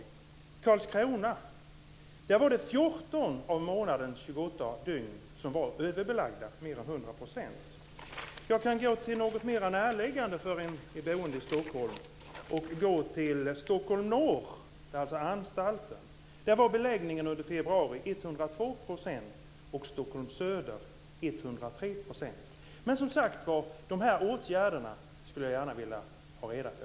I Karlskrona var 14 av månadens 28 dygn överbelagda - mer än 100 %. Jag kan gå till något mer näraliggande för en boende i Stockholm. Jag kan gå till Stockholm Norr och anstalten där. Där var beläggningen under februari 102 %. I Stockholm Söder var den 103 %. Men, som sagt var, de här åtgärderna skulle jag gärna vilja ha reda på.